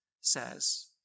says